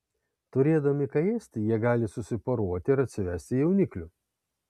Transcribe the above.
turėdami ką ėsti jie gali susiporuoti ir atsivesti jauniklių